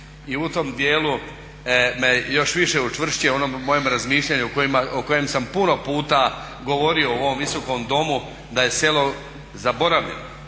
i u tom dijelu me još više učvršćuje u onom mojem razmišljanju o kojem sam puno puta govorio u ovom Visokom domu da je selo zaboravljeno.